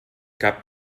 cap